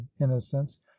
innocence